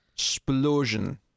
explosion